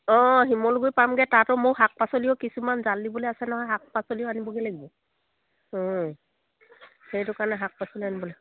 অঁ শিমলুগুৰি পামগৈ তাতো মোক শাক পাচলিও কিছুমান জাল দিবলৈ আছে নহয় শাক পাচলিও আনিবগৈ লাগিব সেইটো কাৰণে শাক পাচলি আনিব লাগিব